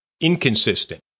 inconsistent